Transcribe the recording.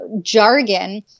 jargon